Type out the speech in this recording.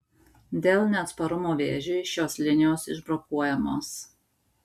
dėl neatsparumo vėžiui šios linijos išbrokuojamos